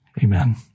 amen